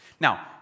Now